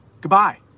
Goodbye